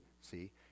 see